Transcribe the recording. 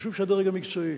חשוב שהדרג המקצועי